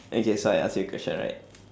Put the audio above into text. okay so I ask you a question right